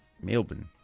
Melbourne